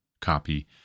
copy